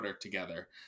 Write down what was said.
together